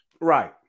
Right